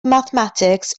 mathematics